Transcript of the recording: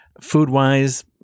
food-wise